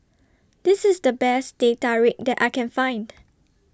This IS The Best Teh Tarik that I Can Find